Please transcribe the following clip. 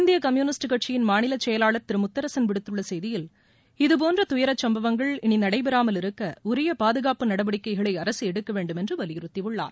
இந்திய கம்யூனிஸ்ட் கட்சியின் மாநில செயலாளர் திரு முத்தரசன் விடுத்துள்ள செய்தியில் இத்போன்ற துயர சம்பவங்கள் இனி நடைபெறாமல் இருக்க உரிய பாதுகாப்பு நடவடிக்கைகளை அரசு எடுக்க வேண்டும் என்று வலியுறுத்தியுள்ளார்